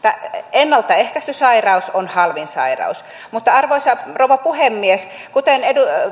ennalta ehkäisty sairaus on halvin sairaus mutta arvoisa rouva puhemies kuten